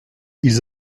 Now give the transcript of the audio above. ils